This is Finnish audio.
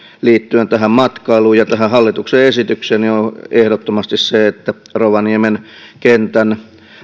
liittyen tähän matkailuun ja tähän hallituksen esitykseen on ehdottomasti se että rovaniemen kentän